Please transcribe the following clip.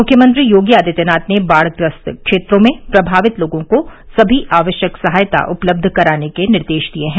मुख्यमंत्री योगी आदित्यनाथ ने बाढ़ग्रस्त क्षेत्रों में प्रभावित लोगों को सभी आवश्यक सहायता उपलब्ध कराने के निर्देश दिए हैं